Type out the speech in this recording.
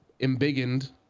embiggened